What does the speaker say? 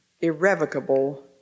irrevocable